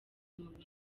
mubiri